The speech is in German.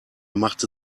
machte